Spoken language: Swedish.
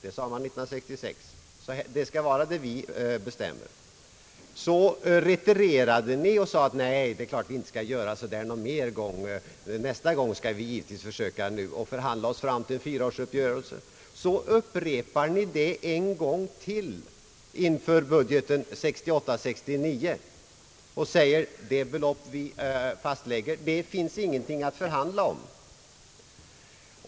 1966 sade man detta och förklarade: Det skall vara som vi bestämmer. Men så retirerade man och sade: Vi skall inte göra så någon mer gång — nästa gång skall vi givetvis försöka förhandla oss fram till en fyraårsuppgörelse. Men inför budgeten 1968 /69 upprepade ni detta en gång till och sade: Det belopp vi fastlägger är ingenting att förhandla om.